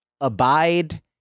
abide